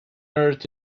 earth